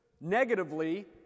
Negatively